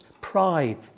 pride